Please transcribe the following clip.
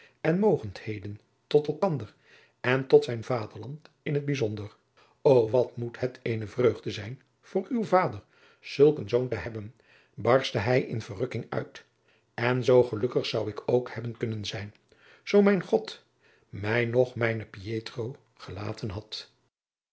en mogendheden tot elkander en tot zijn vaderland in het bijzonder o wat moet het eene vreugde zijn voor uw vader zulk een zoon te hebben barstte hij in verrukking uit en zoo gelukkig zou ik ook hebben kunnen zijn zoo mij god mij nog mijnen pietro gelaten had